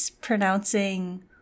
pronouncing